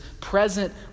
present